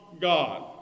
God